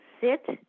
sit